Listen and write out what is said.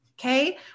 okay